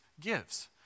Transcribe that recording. gives